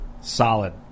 Solid